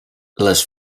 les